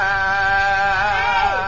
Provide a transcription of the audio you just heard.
Hey